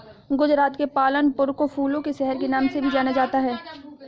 गुजरात के पालनपुर को फूलों के शहर के नाम से भी जाना जाता है